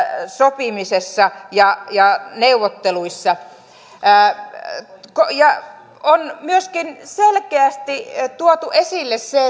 sopimisessa ja ja neuvotteluissa on myöskin selkeästi tuotu esille se